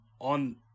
on